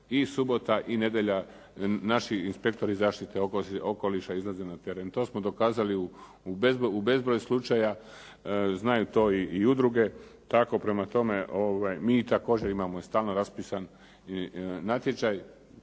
i subota i nedjelja, naši inspektori zaštite okoliša izlaze na teren. To smo dokazali u bezbroj slučaja, znaju to i udruge. Prema tome, mi također imamo i stalno raspisan natječaj.